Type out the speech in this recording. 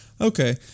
okay